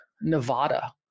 Nevada